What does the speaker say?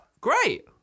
Great